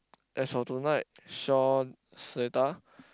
as for tonight Shaw Seletar